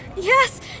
Yes